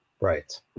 Right